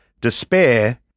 despair